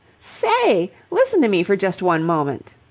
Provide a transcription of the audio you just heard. say, listen to me for just one moment!